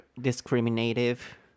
Discriminative